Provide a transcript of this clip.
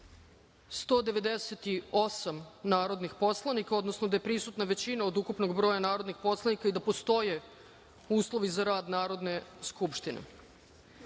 198 narodnih poslanika, odnosno da je prisutna većina od ukupnog broja narodnih poslanika i da postoje uslovi za rad Narodne skupštine. Da